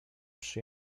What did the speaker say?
przy